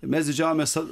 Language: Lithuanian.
mes didžiavomės